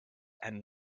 and